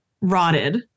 Rotted